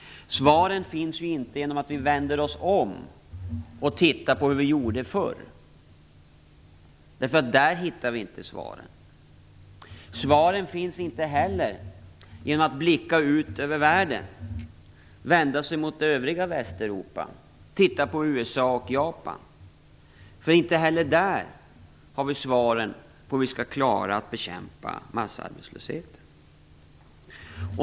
Svaren finns inte i att vi vänder oss om och tittar på hur vi gjorde förr. Där hittar vi inte svaren. Svaren finns inte heller i att blicka ut över världen, vända sig mot övriga Västeuropa och titta på USA och Japan. Inte heller där har vi svaren på hur vi skall klara att bekämpa massarbetslösheten.